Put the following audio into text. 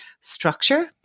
structure